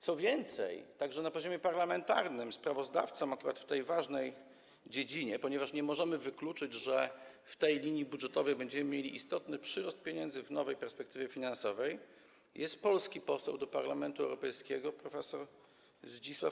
Co więcej, także na poziomie parlamentarnym sprawozdawcą akurat w tej ważnej dziedzinie - ponieważ nie możemy wykluczyć, że w tej linii budżetowej będziemy mieli istotny przyrost pieniędzy w nowej perspektywie finansowej - jest polski poseł do Parlamentu Europejskiego, profesor Zdzisław